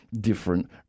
different